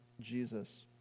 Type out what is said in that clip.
Jesus